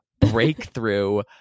breakthrough